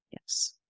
Yes